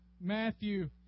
Matthew